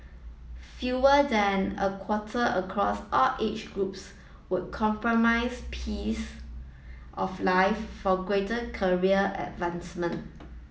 fewer than a quarter across all age groups would compromise piece of life for greater career advancement